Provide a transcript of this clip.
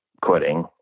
quitting